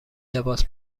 لباس